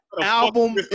album